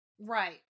Right